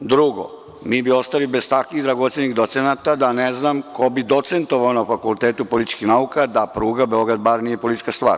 Drugo, mi bi ostali bez takvih dragocenih docenata, da ne znam ko bi docentovao na Fakultetu političkih nauka da pruga Beograd–Bar nije politička stvar.